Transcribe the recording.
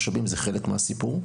המשאבים הם חלק מהסיפור.